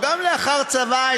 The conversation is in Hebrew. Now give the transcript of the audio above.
או גם לאחר צבא,